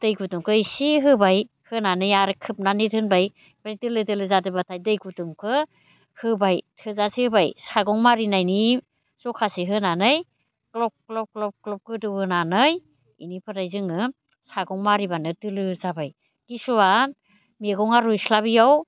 दै गुदुंखौ इसे होबाय होनानै आरो खोबनानै दोनबाय ओमफ्राय दोलो दोलो जादोंबाथाय दै गुदुंखो होबाय थोजासे होबाय सागं मारिनायनि जखासे होनानै ग्लब ग्लब ग्लब ग्लब गोदौ होनानै बेनिफ्राय जोङो सागं मारिबानो दोलो जाबाय किसुआ मैगङा रुइस्लाबियाव